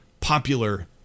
popular